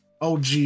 OG